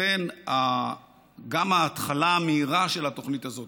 לכן גם ההתחלה המהירה של התוכנית הזאת.